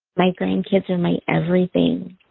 my grandkids are my everything.